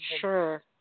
Sure